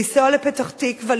לנסוע לפתח-תקווה,